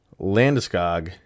Landeskog